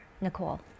Nicole